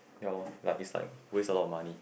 ya lor like is like waste a lot of money